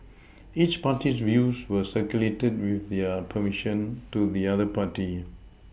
each party's views were circulated with their perMission to the other party